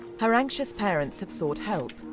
her anxious parents have sought help.